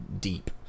deep